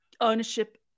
ownership